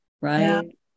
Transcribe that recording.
right